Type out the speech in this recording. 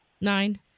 Nine